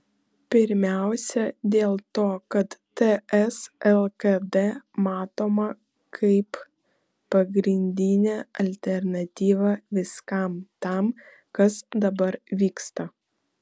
pirmiausia dėl to kad ts lkd matoma kaip pagrindinė alternatyva viskam tam kas dabar vyksta